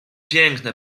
piękne